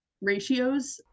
ratios